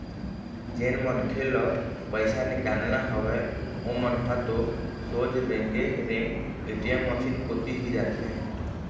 जेन मनखे ल पइसा निकालना हवय ओमन ह तो सोझ रेंगे रेंग ए.टी.एम मसीन कोती ही जाथे